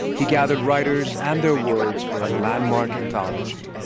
he gathered writers and their words for a landmark anthology.